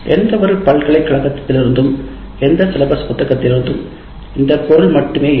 எந்தவொரு பல்கலைக்கழகத்திலிருந்தும் எந்த பாடத்திட்ட புத்தகத்திலும் இந்த பொருள் மட்டுமே இருக்கும்